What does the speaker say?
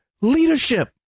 leadership